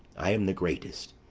i am the greatest,